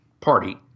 Party